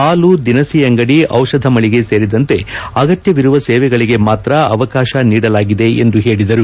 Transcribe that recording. ಹಾಲು ದಿನಸಿ ಅಂಗದಿ ಔಷಧ ಮಳಿಗೆ ಸೇರಿದಂತೆ ಅಗತ್ಯವಿರುವ ಸೇವೆಗಳಿಗೆ ಮಾತ್ರ ಅವಕಾಶ ನೀಡಲಾಗಿದೆ ಎಂದು ಹೇಳಿದರು